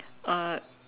uh